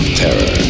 terror